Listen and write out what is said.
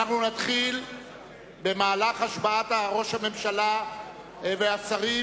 נתחיל במהלך השבעת ראש הממשלה והשרים.